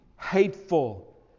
hateful